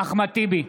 אחמד טיבי,